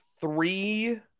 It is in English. three